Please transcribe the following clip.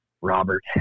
robert